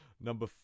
number